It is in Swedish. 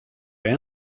jag